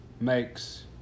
makes